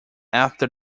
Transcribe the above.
after